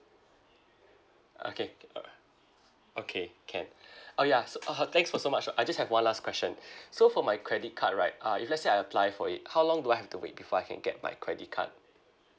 okay alright okay can orh ya so (uh huh) thanks for so much uh I just have one last question so for my credit card right uh if let's say I apply for it how long do I have to wait before I can get my credit card